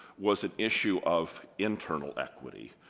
was an issue of internal equity.